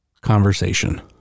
conversation